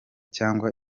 cyangwa